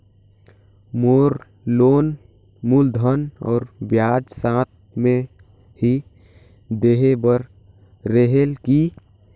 मोर loan मूलधन और ब्याज साथ मे ही देहे बार रेहेल की?